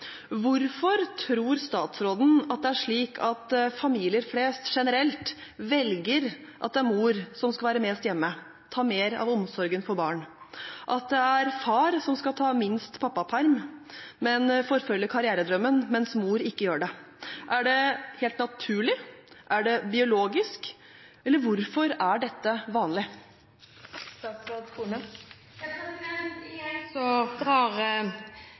Hvorfor tror statsråden det er slik at familier flest generelt velger at det er mor som skal være mest hjemme og ta mer av omsorgen for barn, og at det er far som skal ta minst permisjon og forfølge karrieredrømmen, mens mor ikke gjør det? Er det helt naturlig? Er det biologisk? Hvorfor er dette vanlig? Igjen drar